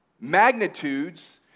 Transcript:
magnitudes